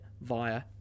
via